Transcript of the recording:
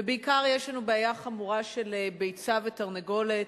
ובעיקר יש לנו בעיה חמורה של ביצה ותרנגולת,